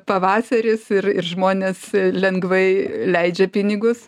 pavasaris ir ir žmonės lengvai leidžia pinigus